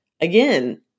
Again